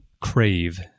Crave